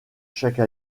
chaque